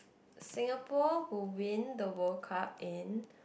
Singapore who win the World Cup in